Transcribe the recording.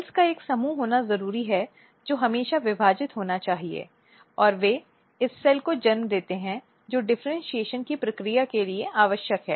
sales का एक समूह होना जरूरी है जो हमेशा विभाजित होना चाहिए और वे उन सेल्स को जन्म देते हैं जो डिफरेन्शीऐशन की प्रक्रिया के लिए आवश्यक हैं